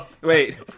wait